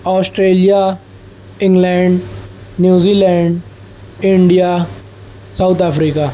Australia England New Zealand India South Africa